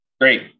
Great